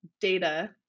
data